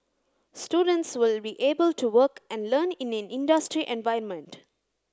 students will be able to work and learn in an industry environment